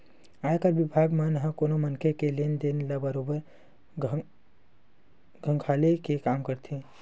आयकर बिभाग मन ह कोनो मनखे के लेन देन ल बरोबर खंघाले के काम करथे